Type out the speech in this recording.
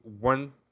one